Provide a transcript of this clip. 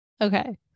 Okay